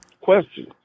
question